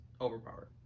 overpowered